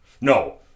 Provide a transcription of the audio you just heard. No